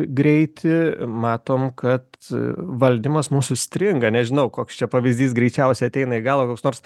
greitį matom kad valdymas mūsų stringa nežinau koks čia pavyzdys greičiausiai ateina į galvą koks nors